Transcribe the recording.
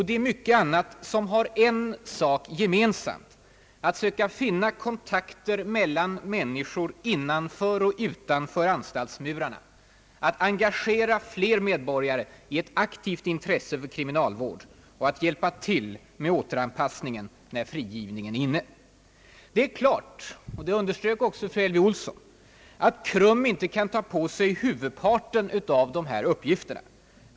Det är mycket annat som har en sak gemensamt: att söka skapa kontakter mellan människor innanför och utanför anstaltsmurarna, att engagera fler medborgare i ett aktivt intresse för kriminalvård och att hjälpa till med återanpassningen när frigivningen är inne. Det är klart, och det underströk också fru Elvy Olsson, att KRUM inte kan ta på sig huvudparten av de här uppgifterna.